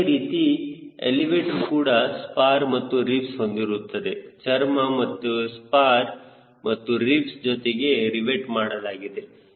ಅದೇ ರೀತಿ ಎಲಿವೇಟರ್ ಕೂಡ ಸ್ಪಾರ್ ಮತ್ತು ರಿಬ್ಸ್ ಹೊಂದಿರುತ್ತದೆ ಚರ್ಮ ಮತ್ತೆ ಸ್ಪಾರ್ ಮತ್ತು ರಿಬ್ಸ್ ಜೊತೆಗೆ ರಿವೆಟ್ ಮಾಡಲಾಗಿದೆ